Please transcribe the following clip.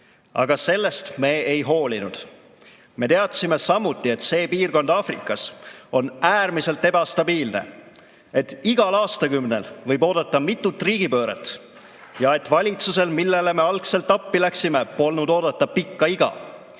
Aga sellest me ei ole hoolinud. Me teadsime samuti, et see piirkond Aafrikas on äärmiselt ebastabiilne, et igal aastakümnel võib oodata mitut riigipööret ja et valitsusel, kellele me algselt appi läksime, polnud oodata pikka iga.